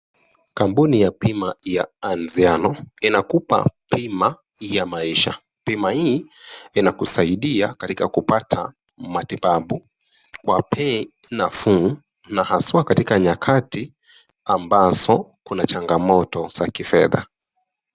Kampuni ya bima ya anziano inakupa bima ya maisha. Bima hii inakusaidia katika kupata matibabu kwa bei nafuu na haswa katika nyakati ambazo kuna changamoto za kifedha.